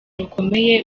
rukomeye